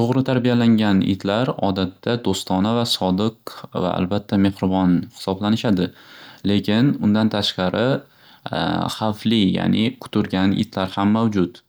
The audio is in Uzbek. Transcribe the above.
to'g'ri tarbiyalangan itlar odatda do'stona va sodiq va albatta mehribon hisoblanishadi lekin undan tashqari xavfli yani qutrgan itlar ham mavjud.